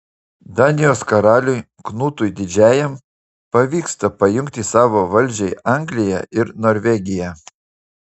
danijos karaliui knutui didžiajam pavyksta pajungti savo valdžiai angliją ir norvegiją